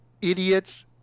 idiots